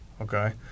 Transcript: Okay